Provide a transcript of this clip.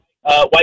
white